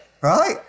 Right